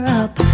up